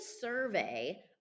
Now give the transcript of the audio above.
survey